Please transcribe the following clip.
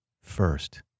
first